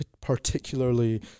particularly